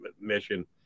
mission